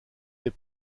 des